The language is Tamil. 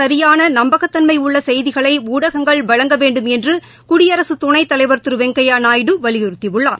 சரியானநம்பகத்தன்மைஉள்ளசெய்திகளைஊடகங்கள் வழங்க வேண்டும் என்றுகுடியரசுதுணைத்தலைவர் திருவெங்கையாநாயுடு வலியுறுத்தியுள்ளார்